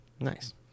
Nice